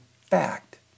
fact